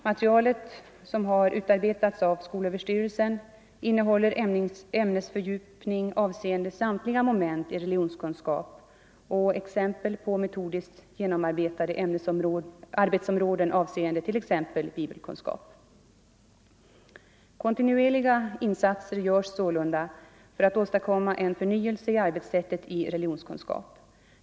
Materialet, som har utarbetats av skolöverstyrelsen, innehåller ämnesfördjupning avseende samtliga moment i religionskunskap och exempel på metodiskt genomarbetade arbetsområden avseende t.ex. bibelkunskap. Kontinuerliga insatser görs sålunda för att åstadkomma en förnyelse i arbetssättet i religionskunskap.